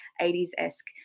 80s-esque